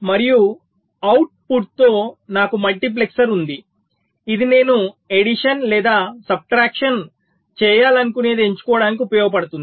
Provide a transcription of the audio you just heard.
మరియు అవుట్పుట్తో నాకు మల్టీప్లెక్సర్ ఉంది ఇది నేను ఎడిషన్ లేదా సబ్ట్రాక్షన్ చేయాలనుకునేది ఎంచుకోవడానికి ఉపయోగపడుతుంది